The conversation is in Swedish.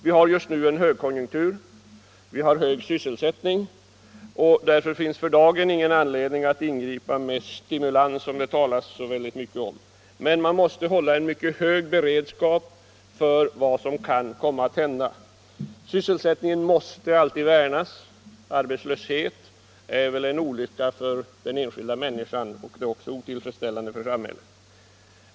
Vi har just nu högkonjunktur och hög sysselsättning. Därför finns det för dagen ingen anledning att ingripa med stimulans, som det talas så mycket om. Men man måste hålla en mycket hög beredskap inför vad som kan komma att hända. Sysselsättningen måste värnas. Arbetslöshet är en olycka för den enskilda människan och otillfredsställande för samhället.